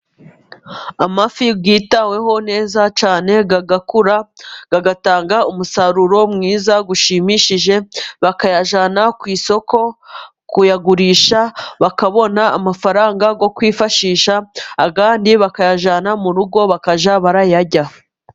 Amafi yitaweho neza cyane, arakura atanga umusaruro mwiza ushimishije bayajyana ku isoko kuyagurisha, bakabona amafaranga yo kwifashisha ayandi bakayajyana mu rugo, bakajya barayarya.